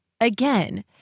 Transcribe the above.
again